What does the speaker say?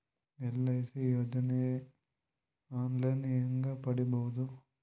LIC ಯೋಜನೆ online ಹೇಂಗ ಪಡಿಬಹುದು?